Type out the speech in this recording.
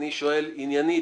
אני שואל עניינית.